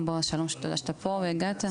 בועז, שלום, תודה שאתה פה והגעת.